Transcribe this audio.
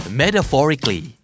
metaphorically